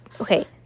okay